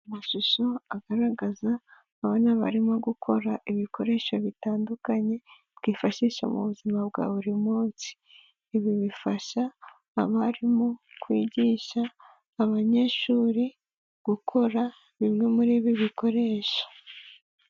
Amashusho agaragaza abana barimo gukora ibikoresho bitandukanye twifashisha mu buzima bwa buri munsi, ibi bifasha abarimu kwigisha abanyeshuri gukora bimwe muri ibi bikoresho.